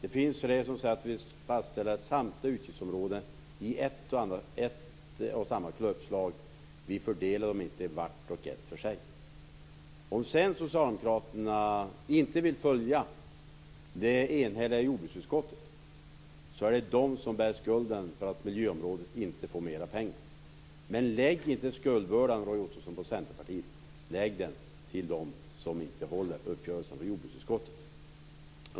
Vi fastställer anslagen för samtliga utgiftsområden i ett och samma klubbslag. Vi fördelar dem inte vart och ett för sig. Om sedan socialdemokraterna inte vill följa det enhälliga jordbruksutskottet är det de som bär skulden för att miljöområdet inte får mer pengar. Men lägg inte skuldbördan på Centerpartiet, Roy Ottosson! Lägg den på dem som inte håller uppgörelsen med jordbruksutskottet.